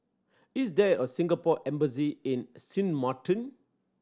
is there a Singapore Embassy in Sint Maarten